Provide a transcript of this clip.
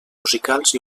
musicals